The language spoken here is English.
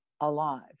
alive